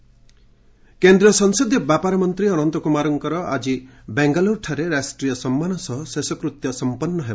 ଅନନ୍ତ ରିଟ୍ସ କେନ୍ଦ୍ର ସଂସଦୀୟ ବ୍ୟାପାର ମନ୍ତ୍ରୀ ଅନନ୍ତ କୁମାରଙ୍କର ଆଜି ବେଙ୍ଗାଲୁରୁଠାରେ ରାଷ୍ଟ୍ରୀୟ ସମ୍ମାନ ସହ ଶେଷକୃତ୍ୟ ସଂପନ୍ନ ହେବ